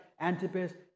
Antipas